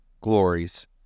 glories